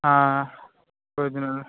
ஆ original